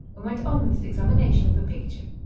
and went on with his examination of the picture.